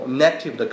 negative